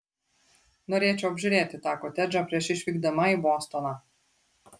norėčiau apžiūrėti tą kotedžą prieš išvykdama į bostoną